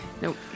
Nope